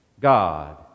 God